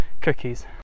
cookies